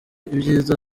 ibyiza